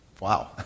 Wow